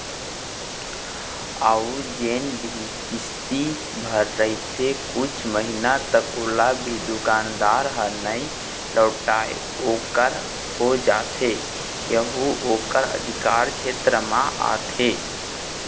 अउ जेन भी किस्ती भर रहिथे कुछ महिना तक ओला भी दुकानदार ह नइ लहुटाय ओखर हो जाथे यहू ओखर अधिकार छेत्र म आथे